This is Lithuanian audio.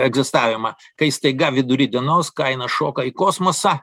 egzistavimą kai staiga vidury dienos kaina šoka į kosmosą